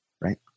right